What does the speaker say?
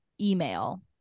email